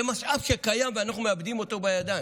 זה משאב שקיים, ואנחנו מאבדים אותו בידיים.